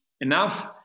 enough